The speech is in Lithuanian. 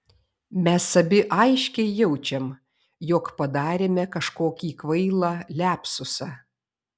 mes abi aiškiai jaučiam jog padarėme kažkokį kvailą liapsusą